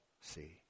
See